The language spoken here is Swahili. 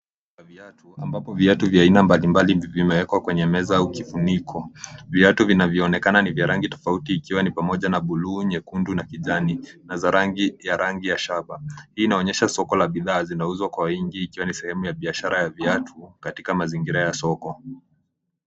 Duka la viatu, ambapo viatu vya aina mbalimbali vimewekwa kwenye meza au kifuniko. Viatu vinavyoonekana ni vya rangi tofauti, ikiwa ni pamoja na blue , nyekundu na kijani, na za rangi ya shaba. Hii inaonyesha soko la bidhaa zinazouzwa kwa wingi, ikiwa ni sehemu ya biashara ya viatu katika mazingira ya soko.